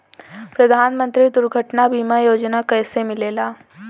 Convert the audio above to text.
प्रधानमंत्री दुर्घटना बीमा योजना कैसे मिलेला?